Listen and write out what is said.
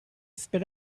spit